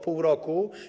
Pół roku.